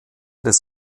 des